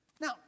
Now